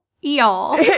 y'all